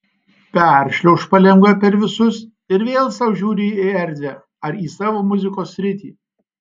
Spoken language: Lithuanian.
peršliauš palengva per visus ir vėl sau žiūri į erdvę ar į savo muzikos sritį